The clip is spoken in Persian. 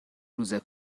روز